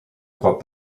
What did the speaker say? crois